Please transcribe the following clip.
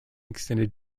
extended